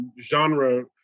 genre